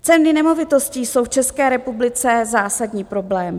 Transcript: Ceny nemovitostí jsou v České republice zásadní problém.